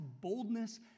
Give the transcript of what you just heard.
boldness